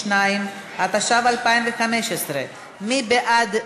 82), התשע"ו 2015, מי בעד?